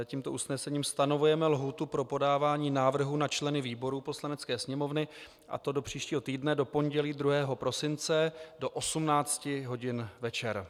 Tímto usnesením stanovujeme lhůtu pro podávání návrhů na členy výborů Poslanecké sněmovny, a to do příštího týdne do pondělí 2. prosince do 18 hodin večer.